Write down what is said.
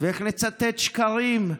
ואיך נצטט שקרים,